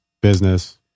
business